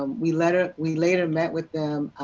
um we later we later met with them,